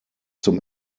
zum